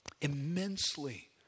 immensely